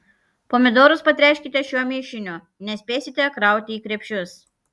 pomidorus patręškite šiuo mišiniu nespėsite krauti į krepšius